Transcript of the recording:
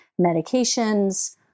medications